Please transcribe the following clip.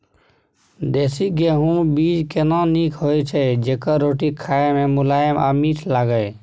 देसी गेहूँ बीज केना नीक होय छै जेकर रोटी खाय मे मुलायम आ मीठ लागय?